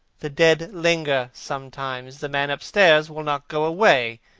the dead linger sometimes. the man upstairs will not go away.